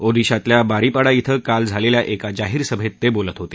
ओडिशातल्या बारीपाडा क्विं काल झालेल्या एका जाहीर सभेत ते बोलत होते